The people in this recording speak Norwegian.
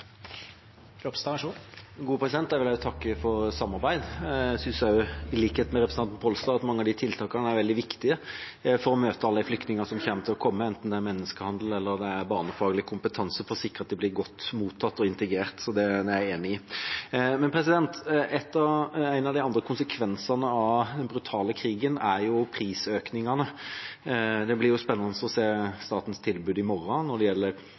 Jeg vil også takke for samarbeidet. I likhet med representanten Pollestad synes jeg mange av tiltakene er veldig viktige for å møte alle flyktningene som kommer til å komme, enten det gjelder menneskehandel eller barnefaglig kompetanse, for å sikre at de blir godt mottatt og integrert. Det er jeg enig i. En av de andre konsekvensene av den brutale krigen er prisøkningene. Det blir spennende å se statens tilbud i morgen når det gjelder